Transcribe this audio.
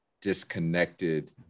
disconnected